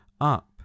Up